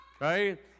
right